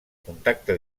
contacte